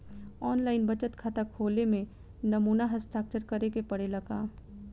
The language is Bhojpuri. आन लाइन बचत खाता खोले में नमूना हस्ताक्षर करेके पड़ेला का?